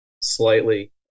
slightly